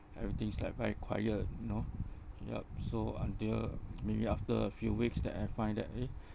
everything's like very quiet you know yup so until maybe after a few weeks that I find that eh